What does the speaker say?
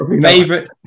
favorite